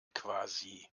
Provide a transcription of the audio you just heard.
quasi